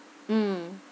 mm